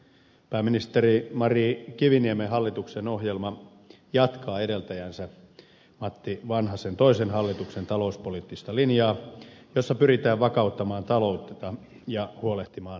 pääministeri mari kiviniemen hallituksen ohjelma jatkaa edeltäjänsä matti vanhasen toisen hallituksen talouspoliittista linjaa jossa pyritään vakauttamaan taloutta ja huolehtimaan työllisyydestä